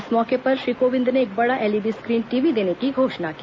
इस मौके पर श्री कोविंद ने एक बड़ा एलईडी स्क्रीन देने की घोषणा की